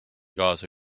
kaasa